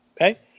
Okay